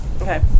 Okay